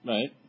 Right